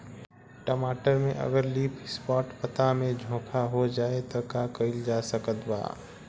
टमाटर में अगर लीफ स्पॉट पता में झोंका हो जाएँ त का कइल जा सकत बा?